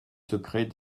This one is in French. secrets